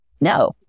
No